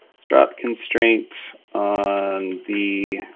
strap constraint the